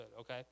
Okay